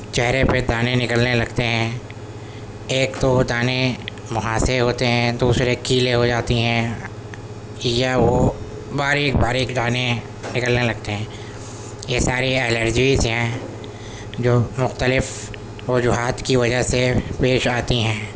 چہرے پہ دانے نکلنے لگتے ہیں ایک تو وہ دانے مہاسے ہوتے ہیں دوسرے کیلیں ہوجاتی ہیں یا وہ باریک باریک دانے نکلنے لگتے ہیں یہ ساری الرجیز ہیں جو مختلف وجوہات کی وجہ سے پیش آتی ہیں